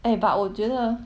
eh but 我觉得